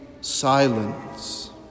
silence